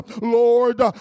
Lord